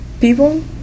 people